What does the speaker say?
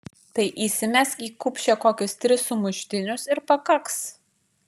tai įsimesk į kupšę kokius tris sumuštinius ir pakaks